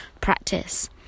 practice